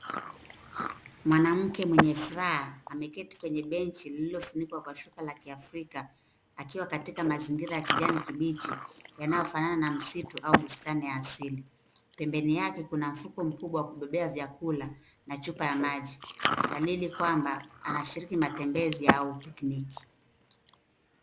Mwanamke mwenye furaha, ameketi kwenye benji lililofunikwa kwa shuka la kiafrika, akiwa katika mazingira ya kijani kibichi, yanayofanana na msitu au bustani ya asili. Pembeni yake, kuna mfuko mkubwa wa kubebea vyakula na chupa ya maji. Dalili kwamba anashiriki matembezi au pikiniki.